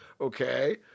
okay